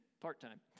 part-time